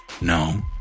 No